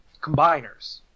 Combiners